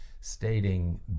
stating